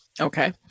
Okay